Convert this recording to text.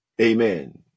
amen